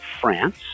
France